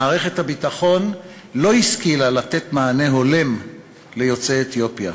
מערכת הביטחון לא השכילה לתת מענה הולם ליוצאי אתיופיה.